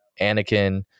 Anakin